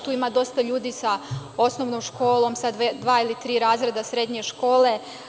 Tu ima ljudi sa osnovnom školom, sa dva ili tri razreda srednje škole.